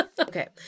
Okay